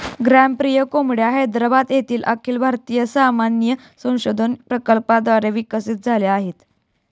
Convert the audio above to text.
ग्रामप्रिया कोंबड्या हैदराबाद येथील अखिल भारतीय समन्वय संशोधन प्रकल्पाद्वारे विकसित झाल्या आहेत